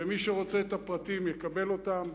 ומי שרוצה את הפרטים יקבל אותם.